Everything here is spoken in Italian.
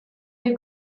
dei